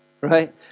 right